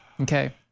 Okay